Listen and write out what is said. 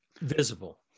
visible